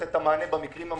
ולתת את המענה במקרים המתאימים.